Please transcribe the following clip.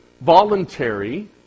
voluntary